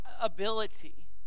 ability